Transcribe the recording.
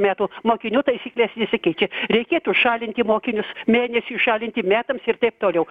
metų mokinių taisyklės nesikeičia reikėtų šalinti mokinius mėnesiui šalinti metams ir taip toliau